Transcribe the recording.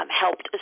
helped